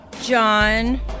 John